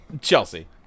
Chelsea